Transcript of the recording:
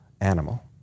animal